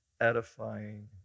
edifying